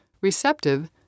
receptive